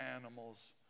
animals